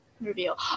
Reveal